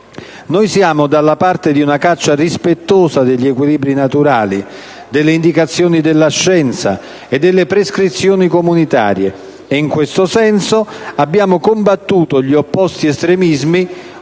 Noi siamo dalla parte di una caccia rispettosa degli equilibri naturali, delle indicazioni della scienza e delle prescrizioni comunitarie e, in questo senso, abbiamo combattuto gli opposti estremismi